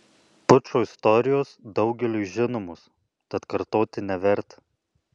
pučo istorijos daugeliui žinomos tad kartoti neverta